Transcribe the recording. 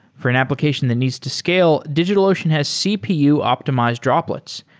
for an application that needs to scale, digitalocean has cpu optimized droplets,